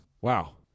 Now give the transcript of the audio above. wow